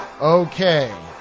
Okay